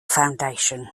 foundation